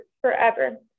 forever